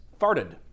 farted